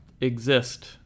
exist